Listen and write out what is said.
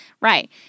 Right